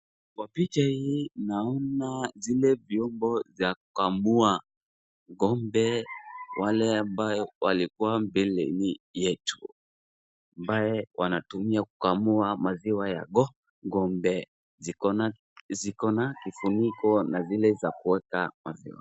Kwa picha hii naona zile vyombo za kukamua ng'ombe wale ambaye walikua mbele yetu ambaye wanatumia kukamua maziwa ya ng'ombe, ziko na vifiniko na zile za kuweka maziwa.